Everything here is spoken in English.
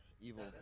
evil